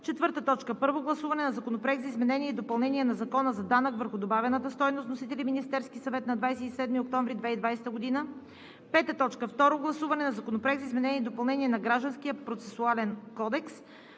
2020 г. 4. Първо гласуване на Законопроекта за изменение и допълнение на Закона за данък върху добавената стойност. Вносител – Министерският съвет, 27 октомври 2020 г. 5. Второ гласуване на Законопроекта за изменение и допълнение на Гражданския процесуален кодекс.